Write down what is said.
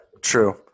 true